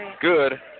good